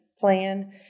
plan